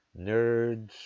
nerds